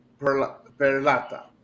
Perlata